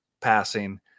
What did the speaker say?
passing